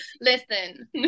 Listen